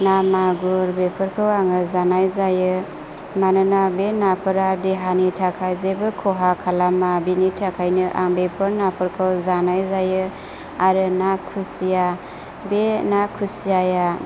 ना मागुर बेफोरखौ आङो जानाय जायो मानोना बे नाफोरा देहानि थाखाय जेबो खहा खालामा बिनि थाखायनो आं बेफोर नाफोरखौ जानाय जायो आरो ना खुसिया बे ना खुसियाया